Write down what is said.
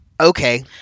Okay